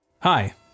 Hi